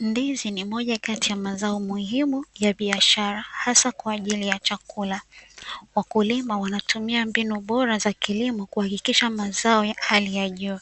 Ndizi ni moja kati ya mazao muhimu ya biashara hasa kwa ajili ya chakula. Wakulima wanatumia mbinu bora za kilimo kuhakikisha mazao ya hali ya juu.